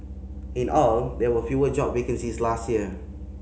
in all there were fewer job vacancies last year